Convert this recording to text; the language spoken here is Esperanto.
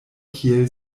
kiel